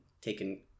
taken